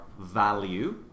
value